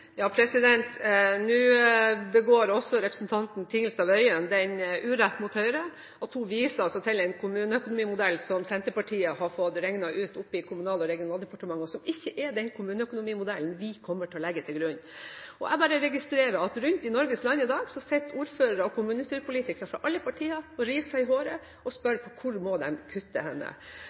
Nå begår også representanten Tingelstad Wøien den urett mot Høyre at hun viser til en kommuneøkonomimodell som Senterpartiet har fått regnet ut i Kommunal- og regionaldepartementet, og som ikke er den kommuneøkonomimodellen vi kommer til å legge til grunn. Jeg registrerer at rundt om i Norges land i dag, sitter ordførere og kommunestyrepolitikere fra alle partier og river seg i håret og spør hvor de kan kutte.